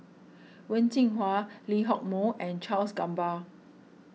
Wen Jinhua Lee Hock Moh and Charles Gamba